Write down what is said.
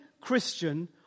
Christian